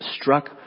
struck